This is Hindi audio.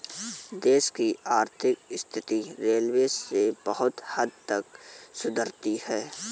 देश की आर्थिक स्थिति रेलवे से बहुत हद तक सुधरती है